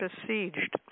besieged